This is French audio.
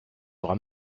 bras